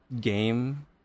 game